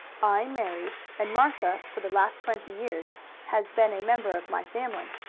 i married, and martha for the last twenty years has been a member of my family.